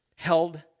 held